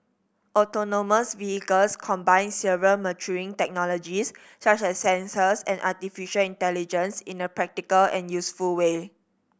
autonomous vehicles combine several maturing technologies such as sensors and artificial intelligence in a practical and useful way